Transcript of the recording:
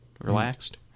relaxed